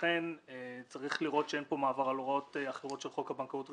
ולכן צריך לראות שאין פה מעבר על הוראות אחרות של חוק הבנקאות (רישוי).